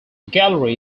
gallery